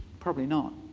probably not,